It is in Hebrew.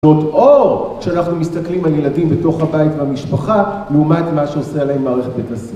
שנות אור כשאנחנו מסתכלים על ילדים בתוך הבית והמשפחה לעומת מה שעושה עליהם מערכת בית הספר.